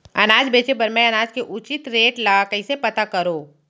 अनाज बेचे बर मैं अनाज के उचित रेट ल कइसे पता करो?